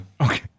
Okay